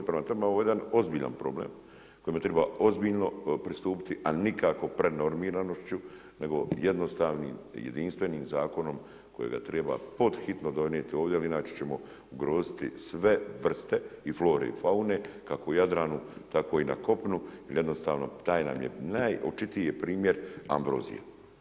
Prema tome ovo je jedan ozbiljan problem kojem treba ozbiljno pristupiti a nikako prenormiranošću nego jednostavnim, jedinstvenim zakonom kojega treba pod hitno donijeti ovdje jer inače ćemo ugroziti sve vrste i flore i faune kako u Jadranu tako i na kopnu jer jednostavno naj naočitiji je primjer ambrozija.